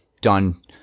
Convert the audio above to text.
done